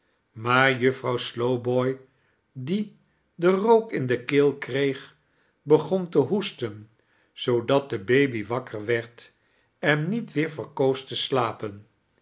maar juffrouw slowboy die den rook in de keel kreeg begon te hoestein zoodat de baby wakker werd en niet weer verkoos te slapen